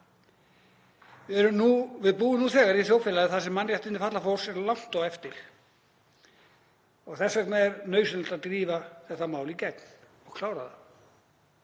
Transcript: Við búum nú þegar í þjóðfélagi þar sem mannréttindi fatlaðs fólks eru langt á eftir. Þess vegna er nauðsynlegt að drífa þetta mál í gegn og klára það.